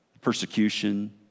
persecution